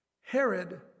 Herod